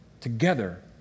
together